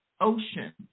Ocean